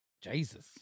Jesus